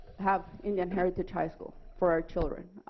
have indian heritage high school for our children.